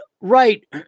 Right